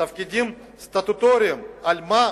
תפקידים סטטוטוריים, על מה?